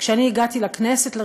כשאני הגעתי לכנסת,